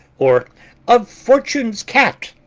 or of fortune's cat,